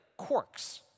quarks